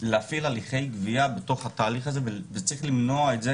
להפעיל הליכי גבייה בתוך התהליך הזה וצריך למנוע את זה